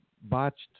botched